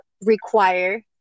require